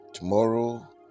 Tomorrow